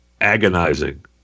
Agonizing